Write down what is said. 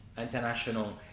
international